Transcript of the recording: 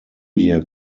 year